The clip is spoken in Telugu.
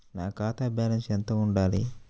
నా ఖాతా బ్యాలెన్స్ ఎంత ఉండాలి?